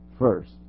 first